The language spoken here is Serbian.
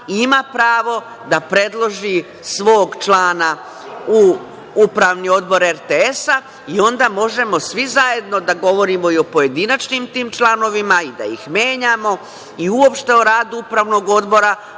ima pravo da predloži svog člana u Upravni odbor RTS, i onda možemo svi zajedno da govorimo o pojedinačnim tim članovima i da ih menjamo i uopšteno rad Upravnog odbora,